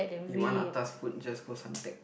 you want atas food just go Suntec